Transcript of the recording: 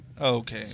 Okay